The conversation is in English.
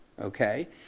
Okay